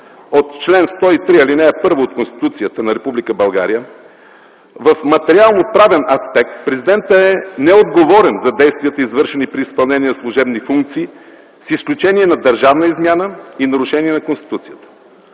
от чл. 103, ал. 1 от Конституцията на Република България в материалноправен аспект президентът е неотговорен за действията, извършени при изпълнение на служебни функции, с изключение на държавна измяна и нарушение на Конституцията.